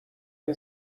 این